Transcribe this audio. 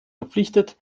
verpflichtet